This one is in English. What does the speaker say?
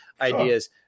ideas